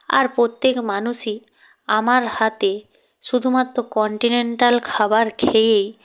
আর প্রত্যেক মানুষই আমার হাতে শুধুমাত্র কন্টিনেন্টাল খাবার খেয়েই